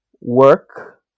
work